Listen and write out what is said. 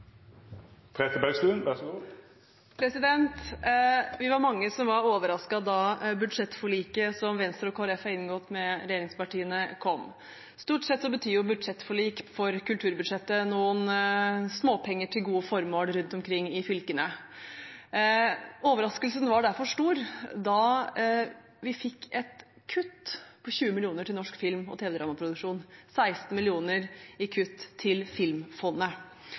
har inngått med regjeringspartiene, kom. Stort sett betyr budsjettforlik for kulturbudsjettet noen småpenger til gode formål rundt omkring i fylkene. Overraskelsen var derfor stor da vi fikk et kutt på 20 mill. kr til norsk film- og tv-drama-produksjon, 16 mill. kr i kutt til